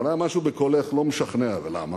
אבל היה משהו בקולך לא משכנע, ולמה?